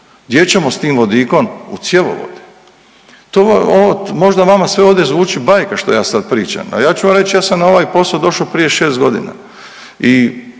Gdje ćemo s tim vodikom? U cjevovode. To vam, možda vama sve ovdje zvuči bajka što ja sad pričam, a ja ću vam reći ja sam na ovaj posao došao prije 6 godina.